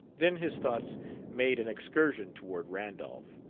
then his thoughts made an excursion toward randolph.